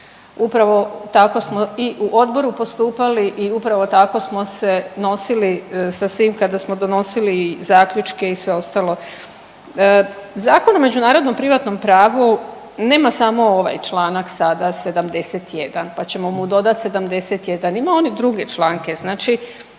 Upravo tako smo i u odboru postupali i upravo tako smo se nosili sa svim kada smo donosili zaključke i sve ostalo. Zakon o međunarodnom privatnom pravu nema samo ovaj članak sada 71. pa ćemo mu dodati 71. Ima on i druge članke. Znači